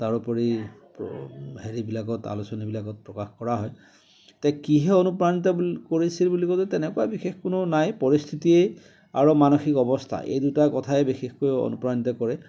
তাৰোপৰি প্ৰ হেৰিবিলাকত আলোচনীবিলাকত প্ৰকাশ কৰা হয় এতিয়া কিহে অনুপ্ৰাণিত বুলি কৰিছে বুলি কওঁতে তেনেকুৱা বিশেষ কোনো নাই পৰিস্থিতিয়েই আৰু মানসিক অৱস্থা এই দুটা কথাই বিশেষকৈ অনুপ্ৰাণিত কৰে